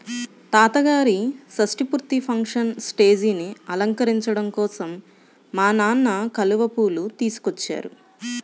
తాతగారి షష్టి పూర్తి ఫంక్షన్ స్టేజీని అలంకరించడం కోసం మా నాన్న కలువ పూలు తీసుకొచ్చారు